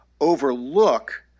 overlook